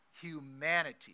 humanity